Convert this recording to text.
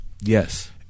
Yes